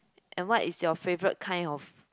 and what is your favorite kind of